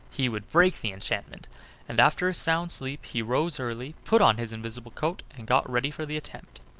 he would break the enchantment and after a sound sleep he rose early, put on his invisible coat, and got ready for the attempt.